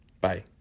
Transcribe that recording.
Bye